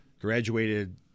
graduated